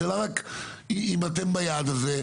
השאלה אם אתם ביעד הזה,